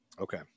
Okay